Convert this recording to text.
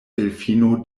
delfino